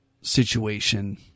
situation